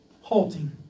halting